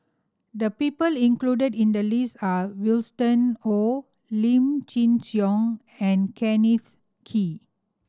the people included in the list are Winston Oh Lim Chin Siong and Kenneth Kee